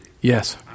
Yes